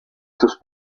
sus